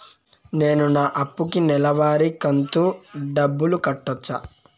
నేను నా అప్పుకి నెలవారి కంతు డబ్బులు కట్టొచ్చా?